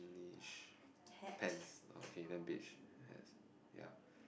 hat